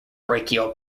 brachial